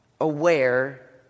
aware